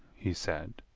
he said,